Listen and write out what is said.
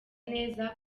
neza